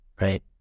Right